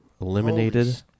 Eliminated